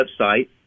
website